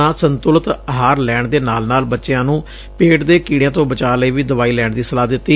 ਉਨ੍ਹਾਂ ਸੰਤੁਲਿਤ ਆਹਾਰ ਲੈਣ ਦੇ ਨਾਲ ਨਾਲ ਬਚਿਆਂ ਨੂੰ ਪੇਟ ਦੇ ਕੀਤਿਆਂ ਤੋਂ ਬਚਾਅ ਲਈ ਵੀ ਦਵਾਈ ਲੈਣ ਦੀ ਸਲਾਹ ਦਿੱਤੀ